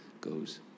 goes